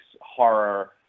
horror